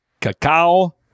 cacao